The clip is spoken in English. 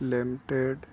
limited